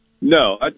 No